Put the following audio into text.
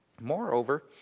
Moreover